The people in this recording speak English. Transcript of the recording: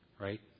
right